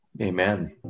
Amen